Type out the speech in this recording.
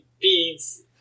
beads